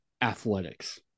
athletics